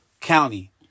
county